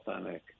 authentic